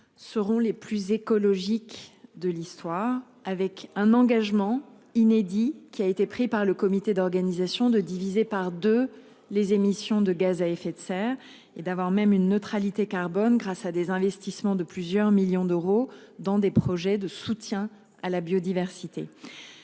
Seront les plus écologiques de l'histoire avec un engagement inédit qui a été pris par le comité d'organisation de diviser par 2 les émissions de gaz à effet de serre et d'avoir même une neutralité carbone grâce à des investissements de plusieurs millions d'euros dans des projets de soutien à la biodiversité.